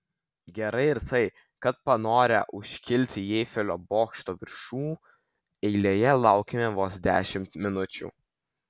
gerai ir tai kad panorę užkilti į eifelio bokšto viršų eilėje laukėme vos dešimt minučių